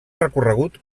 recorregut